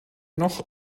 noch